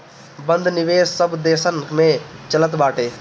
बंध निवेश सब देसन में चलत बाटे